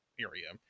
area